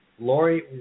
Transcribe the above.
Lori